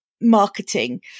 marketing